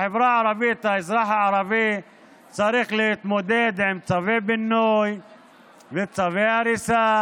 בחברה הערבית האזרח הערבי צריך להתמודד עם צווי פינוי וצווי הריסה